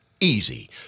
Easy